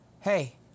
Hey